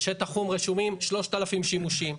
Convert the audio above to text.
בשטח חום רשומים 3,000 שימושים.